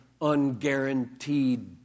unguaranteed